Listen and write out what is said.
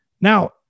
Now